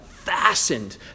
Fastened